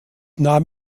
nahm